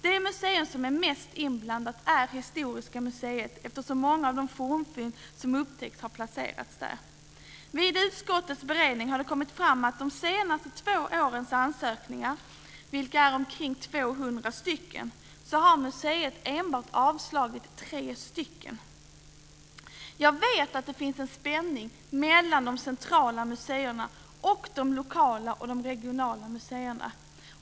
Det museum som är mest berört är Historiska museet eftersom många av de fornfynd som upptäckts har placerats där. Vid utskottets beredning har det kommit fram att de senaste två årens ansökningar - som uppgår till ungefär 200 - har museet avslagit enbart 3. Jag vet att det finns en spänning mellan de centrala museerna och de lokala och regionala museerna.